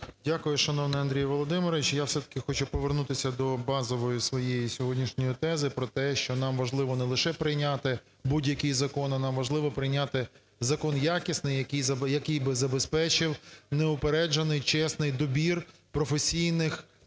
Дякую. Шановний Андрій Володимирович, я все-таки хочу повернутися до базової своєї сьогоднішньої тези про те, що нам важливо не лише прийняти будь-який закон, а нам важливо прийняти закон якісний, який би забезпечив неупереджений, чесний добір професійних